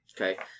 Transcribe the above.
Okay